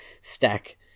stack